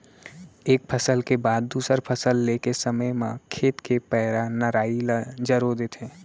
एक फसल के बाद दूसर फसल ले के समे म खेत के पैरा, नराई ल जरो देथे